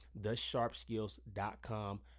thesharpskills.com